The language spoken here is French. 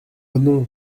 non